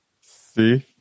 See